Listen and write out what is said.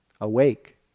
awake